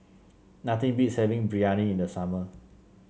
nothing beats having Biryani in the summer